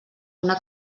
una